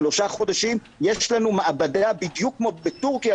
שלושה חודשים יש לנו מעבדה בדיוק כמו בטורקיה,